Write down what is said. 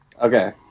Okay